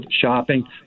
shopping